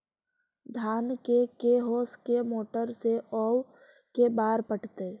धान के के होंस के मोटर से औ के बार पटइबै?